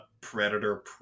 Predator